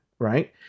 Right